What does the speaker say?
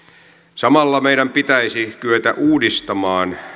samalla meidän pitäisi kyetä uudistamaan